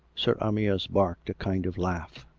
sir amyas barked a kind of laugh.